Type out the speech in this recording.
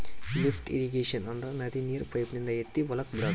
lift irrigation ಅಂದ್ರ ನದಿ ನೀರ್ ಪೈಪಿನಿಂದ ಎತ್ತಿ ಹೊಲಕ್ ಬಿಡಾದು